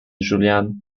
julian